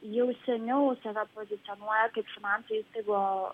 jau seniau save pozicionuoja kaip finansų įstaigų